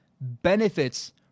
benefits